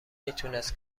میتونست